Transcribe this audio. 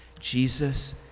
Jesus